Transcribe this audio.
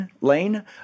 Lane